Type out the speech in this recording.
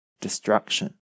destruction